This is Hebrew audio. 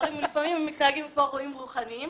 והצפרים לפעמים מתנהגים כמו רועים רוחניים,